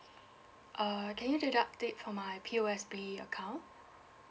err can you deduct it from my P_O_S_B account